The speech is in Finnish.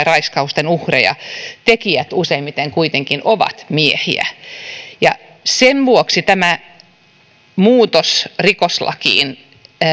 raiskausten uhreja tekijät useimmiten kuitenkin ovat miehiä ja sen vuoksi tämä muutos rikoslakiin